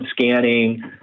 scanning